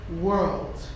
world